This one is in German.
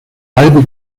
halbe